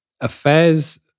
affairs